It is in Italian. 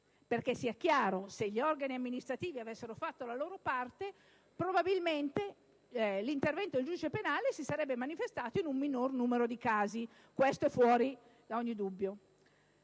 parte? Sia chiaro che se gli organi amministrativi avessero fatto la loro parte, probabilmente l'intervento del giudice penale si sarebbe manifestato in un minor numero di casi, questo è fuori da ogni dubbio.